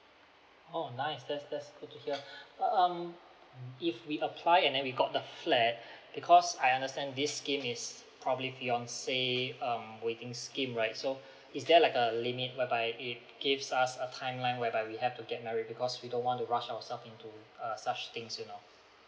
oh nice that's that's good to hear uh um if we apply and then we got the flat because I understand this scheme is probably fiancé um waiting scheme right so is there like a limit whereby it gives us a timeline whereby we have to get married because we don't want to rush ourself into err such things you know